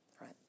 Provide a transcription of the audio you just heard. right